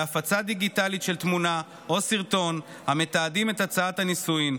בהפצה דיגיטלית של תמונה או סרטון המתעדים את הצעת הנישואין,